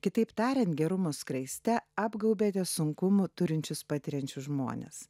kitaip tariant gerumo skraiste apgaubėte sunkumų turinčius patiriančius žmones